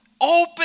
open